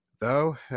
Thou